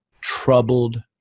troubled